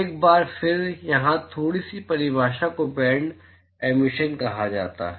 एक बार फिर यहां थोड़ी सी परिभाषा को बैंड एमिशन कहा जाता है